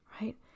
Right